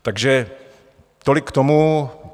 Takže tolik k tomu.